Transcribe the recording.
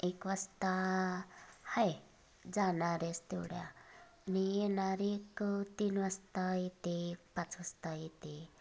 एक वाजता आहे जाणारेच तेवढ्या नि येणारी एक तीन वाजता येते एक पाच वाजता येते